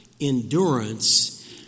endurance